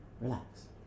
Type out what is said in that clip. relax